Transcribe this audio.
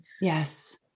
Yes